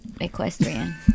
Equestrian